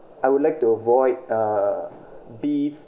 I would like to avoid uh beef